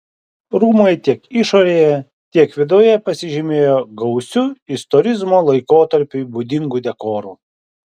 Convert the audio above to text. rūmai tiek išorėje tiek viduje pasižymėjo gausiu istorizmo laikotarpiui būdingu dekoru